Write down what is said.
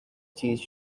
cheese